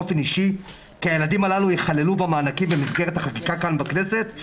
באופן אישי שהילדים הללו יכללו במסגרת החקיקה בכנסת,